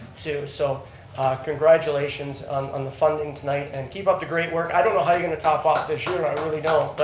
too. so congratulations on on the funding tonight. and keep up the great work. i don't know how you're going to top off this year, i really don't.